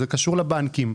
זה קשור לבנקים.